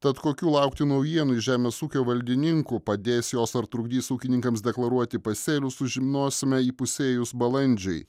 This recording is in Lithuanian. tad kokių laukti naujienų iš žemės ūkio valdininkų padės jos ar trukdys ūkininkams deklaruoti pasėlius sužinosime įpusėjus balandžiui